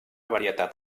varietat